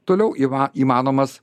toliau įva įmanomas